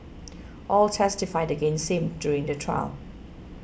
all testified against him during the trial